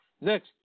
Next